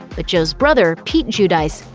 but joe's brother, pete giudice,